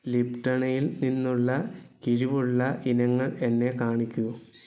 ലിപ്ടണിൽ നിന്നുള്ള കിഴിവുള്ള ഇനങ്ങൾ എന്നെ കാണിക്കൂ